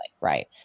right